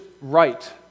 right